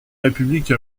république